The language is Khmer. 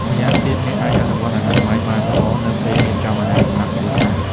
ម៉្យាងទៀត អ្នកអាចអនុវត្តអនាម័យបានល្អនៅពេលរៀបចំអាហារសម្រាប់គ្រួសារ។